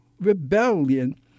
rebellion